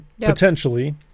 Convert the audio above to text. potentially